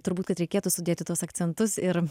turbūt kad reikėtų sudėti tuos akcentus ir